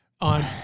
on